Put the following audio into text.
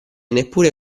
neppure